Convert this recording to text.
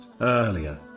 earlier